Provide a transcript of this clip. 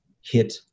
hit